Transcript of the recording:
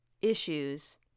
issues